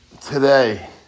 Today